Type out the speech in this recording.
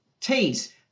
teas